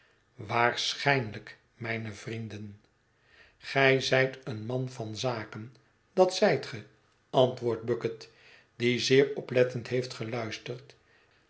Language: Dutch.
waarschijnlijk mijne vrienden gij zijt een man van zaken dat zijt ge antwoordt bucket die zeer oplettend heeft geluisterd